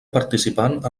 participant